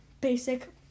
basic